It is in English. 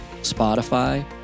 Spotify